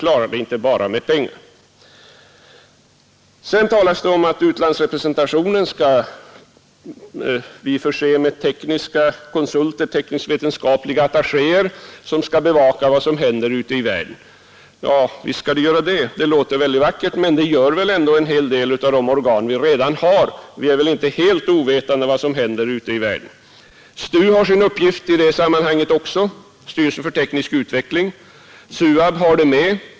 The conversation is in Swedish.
Sedan talades det om att utlandsrepresentationen skall förses med tekniska konsulter och teknisk-vetenskapliga ingenjörer, som skall bevaka vad som händer ute i världen. Visst skall de göra det. Det låter väldigt vackert. Men så gör väl ändå en hel del av de organ vi redan har. Vi är väl inte helt ovetande om vad som händer ute i världen. STU, styrelsen för teknisk utveckling, har sin uppgift också i det sammanhanget liksom SUAB.